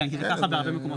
כן כי זה ככה בהרבה מקומות.